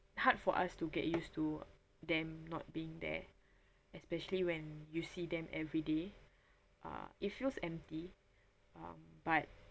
hard for us to get used to them not being there especially when you see them everyday uh it feels empty um but